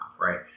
right